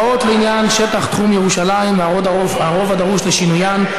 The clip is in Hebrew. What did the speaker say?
(הוראות לעניין שטח תחום ירושלים והרוב הדרוש לשינוין),